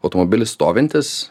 automobilis stovintis